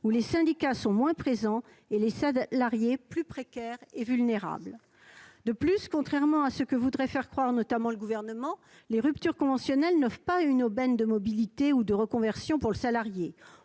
où les syndicats sont moins présents et les salariés plus précaires et vulnérables. De plus, contrairement à ce que voudrait faire croire- entre autres -le Gouvernement, les ruptures conventionnelles ne constituent pas une aubaine de mobilité ou de reconversion pour le salarié.